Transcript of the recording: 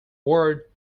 word